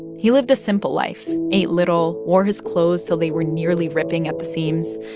he lived a simple life ate little, wore his clothes till they were nearly ripping at the seams.